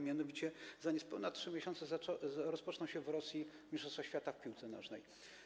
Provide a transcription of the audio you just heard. Mianowicie za niespełna 3 miesiące rozpoczną się w Rosji mistrzostwa świata w piłce nożnej.